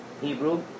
Hebrew